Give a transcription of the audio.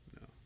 no